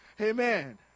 Amen